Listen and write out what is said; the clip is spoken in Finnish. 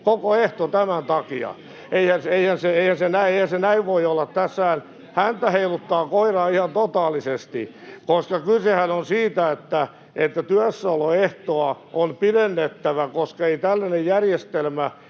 perua tämän takia. Eihän se näin voi olla. Tässähän häntä heiluttaa koiraa ihan totaalisesti. Kysehän on siitä, että työssäoloehtoa on pidennettävä, koska tällainen järjestelmä,